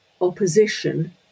opposition